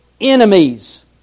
enemies